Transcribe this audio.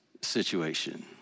situation